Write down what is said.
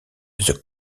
the